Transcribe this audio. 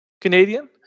Canadian